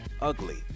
ugly